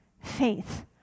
faith